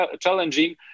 challenging